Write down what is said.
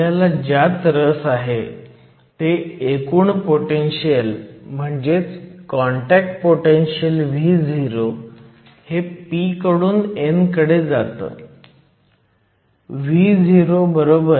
आपल्याला ज्यात रस आहे ते ऐकून पोटेनशीयल म्हणजेच कॉन्टॅक्ट पोटेनशीयल Vo हे p कडून n कडे जातं